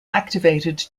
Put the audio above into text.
activated